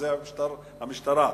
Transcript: את המשטרה.